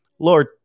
Lord